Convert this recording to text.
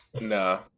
Nah